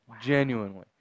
Genuinely